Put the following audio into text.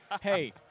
hey